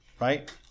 right